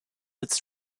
its